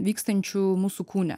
vykstančių mūsų kūne